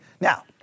Now